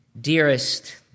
dearest